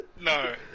No